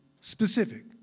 Specific